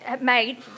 made